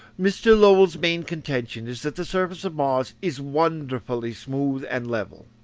mr. lowell's main contention is, that the surface of mars is wonderfully smooth and level.